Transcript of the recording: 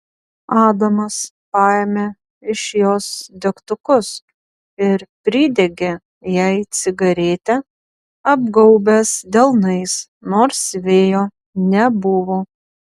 adamas paėmė iš jos degtukus ir pridegė jai cigaretę apgaubęs delnais nors vėjo nebuvo